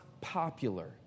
popular